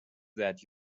that